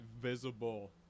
visible